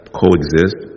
coexist